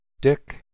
Dick